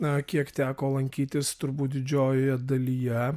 na kiek teko lankytis turbūt didžiojoje dalyje